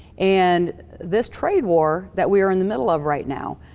and this trade war, that we are in the middle of right now,